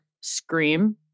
Scream